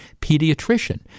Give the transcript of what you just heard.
pediatrician